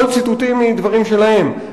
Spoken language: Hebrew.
כל אלה ציטוטים מדברים שלהם.